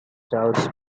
charles